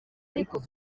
ariko